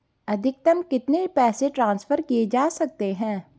अधिकतम कितने पैसे ट्रांसफर किये जा सकते हैं?